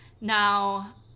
now